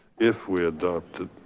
if we adopt it,